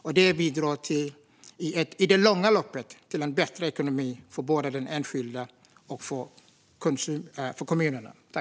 Och det bidrar i det långa loppet till en bättre ekonomi både för den enskilda och för kommunerna.